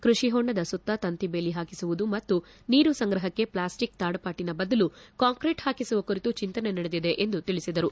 ಕೃಷಿಹೊಂಡದ ಸುತ್ತ ತಂತಿ ಬೇಲಿ ಹಾಕಿಸುವುದು ಮತ್ತು ನೀರು ಸಂಗ್ರಹಕ್ಕೆ ಪ್ಲಾಸ್ಟಿಕ್ ತಾಡಪಾಲಿನ ಬದಲು ಕಾಂಕ್ರಿಟ್ ಹಾಕಿಸುವ ಕುರಿತು ಚಿಂತನೆ ನಡೆದಿದೆ ಎಂದು ತಿಳಿಸಿದರು